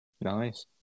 Nice